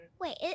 Wait